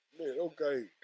Okay